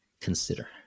consider